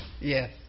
yes